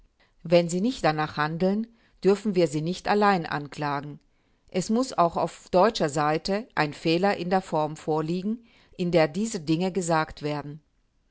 wenn sie nicht danach handeln dürfen wir sie nicht allein anklagen es muß auch auf deutscher seite ein fehler in der form vorliegen in der diese dinge gesagt werden